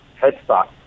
headstock